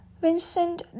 Vincent